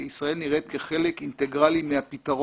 כי ישראל נראית כחלק אינטגרלי מהפתרון.